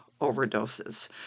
overdoses